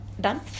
Done